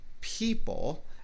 people